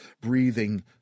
breathing